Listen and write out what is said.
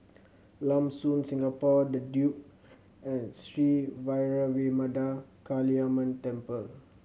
Lam Soon Singapore The Duke and Sri Vairavimada Kaliamman Temple